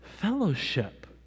Fellowship